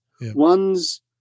one's